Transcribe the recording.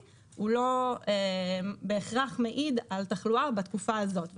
לא בהכרח מעיד על תחלואה בתקופה הזאת.